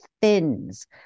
thins